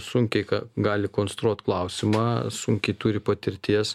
sunkiai ką gali konstruot klausimą sunkiai turi patirties